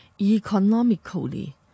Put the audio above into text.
economically